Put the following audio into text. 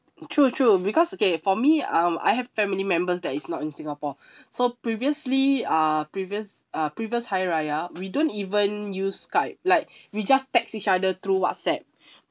true true because okay for me um I have family members that is not in singapore so previously uh previous uh previous hari raya we don't even use Skype like we just text each other through WhatsApp